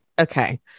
okay